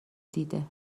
دیده